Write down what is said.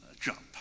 jump